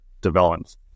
development